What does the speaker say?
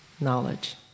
knowledge